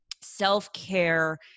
self-care